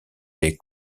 les